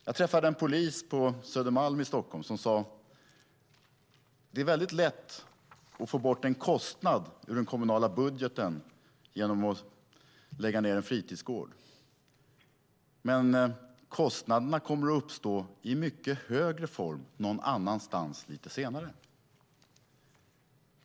Jag träffade en polis på Södermalm i Stockholm som sade: Det är väldigt lätt att få bort en kostnad ur den kommunala budgeten genom att lägga ned en fritidsgård. Men kostnaderna kommer att uppstå i mycket högre grad någon annanstans lite senare.